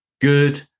good